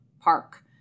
park